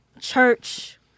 church